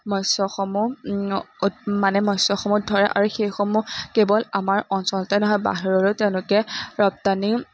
মৎস্যসমূহ মানে মৎসসমূহ ধৰে আৰু সেইসমূহ কেৱল আমাৰ অঞ্চলতে নহয় বাহিৰলৈ তেওঁলোকে ৰপ্তানি